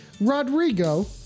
Rodrigo